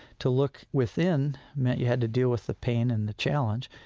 to look within meant you had to deal with the pain and the challenge.